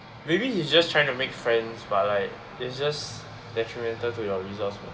maybe he's just trying to make friends but like it's just detrimental to your results